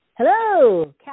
Hello